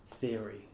theory